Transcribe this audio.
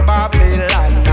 Babylon